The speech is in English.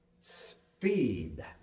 speed